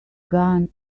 gun